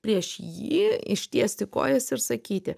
prieš jį ištiesti kojas ir sakyti